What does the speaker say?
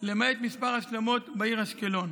למעט מספר השלמות בעיר אשקלון,